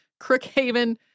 Crookhaven